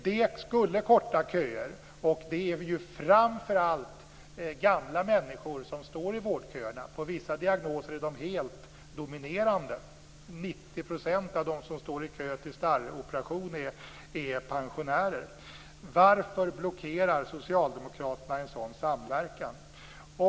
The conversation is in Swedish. Det skulle korta köerna, och det är ju framför allt gamla människor som står i vårdköerna. Enligt vissa diagnoser är de helt dominerande. 90 % av dem som står i kö för starroperation är pensionärer. Varför blockerar Socialdemokraterna en sådan samverkan?